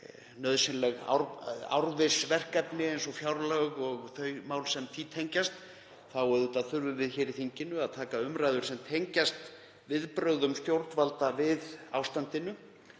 nauðsynleg árviss verkefni eins og fjárlög og þau mál sem þeim tengjast þurfum við í þinginu að taka til umræðu mál sem tengjast viðbrögðum stjórnvalda við ástandinu.